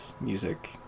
music